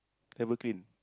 never clean